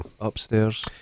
Upstairs